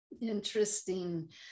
Interesting